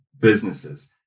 businesses